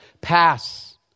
pass